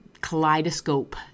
kaleidoscope